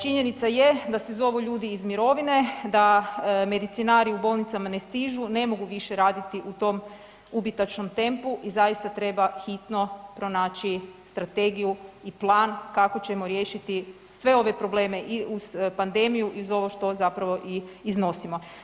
Činjenica je da se zovu ljudi iz mirovine, da medicinari u bolnicama ne stižu, ne mogu više raditi u tom ubitačnom tempu i zaista treba hitno pronaći strategiju i plan kako ćemo riješiti sve ove probleme, i uz pandemiju i uz ovo što zapravo i iznosimo.